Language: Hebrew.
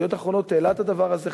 "ידיעות אחרונות" העלה את הדבר הזה,